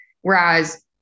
Whereas